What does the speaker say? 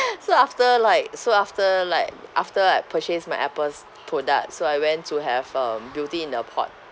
so after like so after like after I purchased my apple's product so I went to have um beauty in the pot